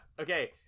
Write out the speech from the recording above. okay